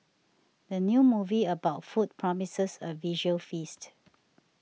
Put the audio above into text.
the new movie about food promises a visual feast